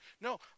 No